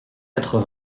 quatre